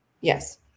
Yes